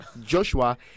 Joshua